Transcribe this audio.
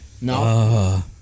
No